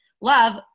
love